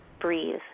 breathe